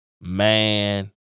man